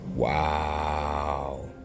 Wow